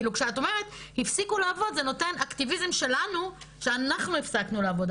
כשאת אומרת הפסיקו לעבוד זה נותן אקטיביזם שלנו שאנחנו הפסקנו לעבוד.